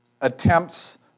attempts